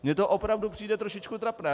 Mně to opravdu přijde trošičku trapné.